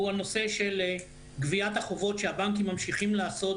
הוא הנושא של גביית החובות שהבנקים ממשיכים לעשות